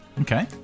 okay